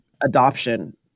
adoption